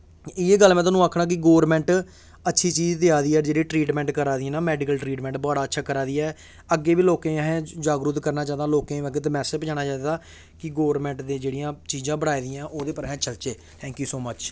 इ'यै गल्ल में तोआनू आखना कि गोरमैंट अच्छी चीज देआ दी ऐ जेह्ड़ी ट्रीटमैंट करदा दी ऐ ना मैडिकल ट्रीटमैंट बड़ा अच्छा करा दी ऐ अग्गें बी लोकें गी असें जागरुक करना चाहिदा लोकें गी मैसेज़ पजाना चाहिदा कि गौरमैंट दियां जेह्ड़ियां चीजां बनाई दियां ओह्दे पर अस चलचै थैक्यूं सो मच